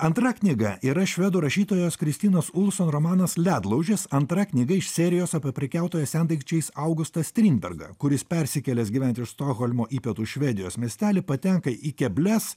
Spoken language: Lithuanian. antra knyga yra švedų rašytojos kristinos ulson romanas ledlaužis antra knyga iš serijos apie prekiautoją sendaikčiais augustą strindbergą kuris persikėlęs gyventi iš stokholmo į pietų švedijos miestelį patenka į keblias